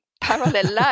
parallel